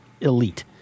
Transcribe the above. elite